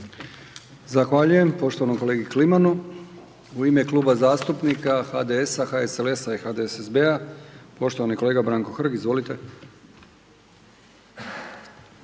Zahvaljujem poštovanom kolegi Klimanu. U ime Kluba zastupnika HDS-a, HSLS-a i HDSSB-a, poštovani kolega Branko Hrg, izvolite.